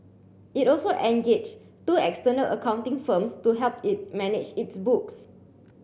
it also engaged two external accounting firms to help it manage its books